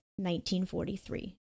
1943